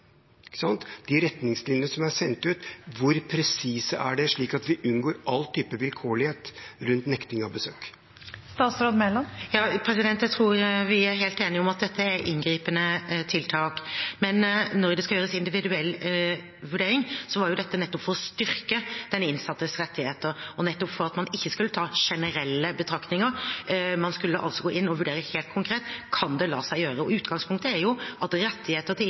de retningslinjene som er sendt ut, er, slik at vi unngår all type vilkårlighet rundt nekting av besøk. Jeg tror vi er helt enige om at dette er inngripende tiltak. Men når det skal gjøres en individuell vurdering, er jo det nettopp for å styrke den innsattes rettigheter og nettopp for at man ikke skal ha generelle betraktninger. Man skal altså gå inn og vurdere helt konkret: Kan det la seg gjøre? Utgangspunktet er at rettigheter til